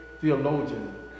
theologian